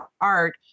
art